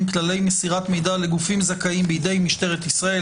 (כללי מסירת מידע לגופים זכאים בידי משטרת ישראל),